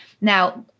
Now